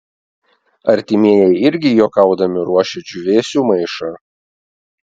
artimieji irgi juokaudami ruošia džiūvėsių maišą